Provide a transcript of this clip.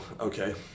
okay